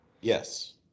Yes